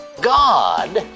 God